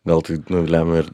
gal tai nu lemia ir